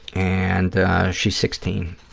and she's sixteen.